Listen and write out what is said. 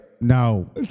No